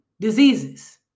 Diseases